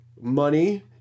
money